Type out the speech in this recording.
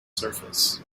surface